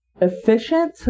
Efficient